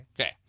Okay